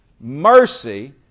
mercy